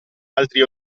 altri